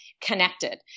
connected